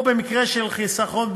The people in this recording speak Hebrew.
או במקרה של חיסכון,